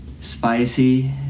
spicy